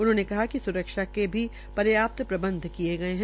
उन्होनें कहा कि सुरक्षा के भी पर्याप्त प्रबंध किये गये है